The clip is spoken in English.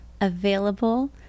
available